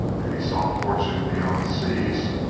if he sought fortune beyond seas,